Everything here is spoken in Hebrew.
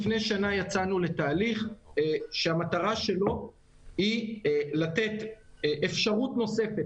לפני שנה יצאנו לתהליך שהמטרה שלו היא לתת אפשרות נוספת,